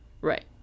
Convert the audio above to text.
Right